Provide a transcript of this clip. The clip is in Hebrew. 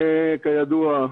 כידוע,